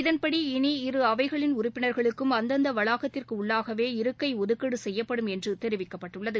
இதன்படி இனி இரு அவைகளின் உறுப்பினர்களுக்கும் அந்தந்த வளாகத்திற்கு உள்ளாகவே இருக்கை ஒதுக்கீடு செய்யப்படும் என்று தெரிவிக்கப்பட்டுள்ளது